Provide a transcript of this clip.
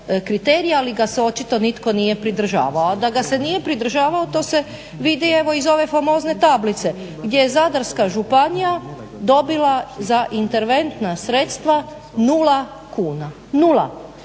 ali ga se očito nitko nije pridržavao. A da ga se nije pridržavao to se vidi evo iz ove famozne tablice gdje je zadarska županija dobila za interventna sredstva nula kuna. Nula.